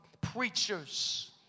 preachers